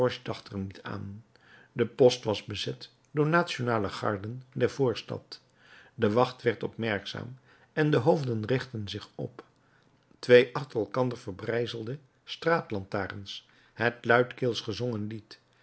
aan de post was bezet door nationale garden der voorstad de wacht werd opmerkzaam en de hoofden richtten zich op twee achter elkander verbrijzelde straatlantaarns het luidkeels gezongen lied